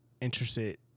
interested